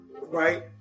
Right